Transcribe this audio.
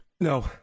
No